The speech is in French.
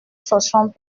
sachant